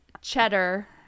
cheddar